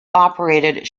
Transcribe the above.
operated